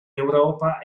europa